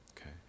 okay